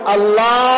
Allah